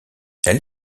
elle